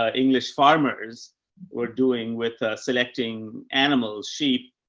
ah english farmers we're doing with selecting animals, sheep,